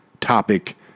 topic